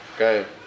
Okay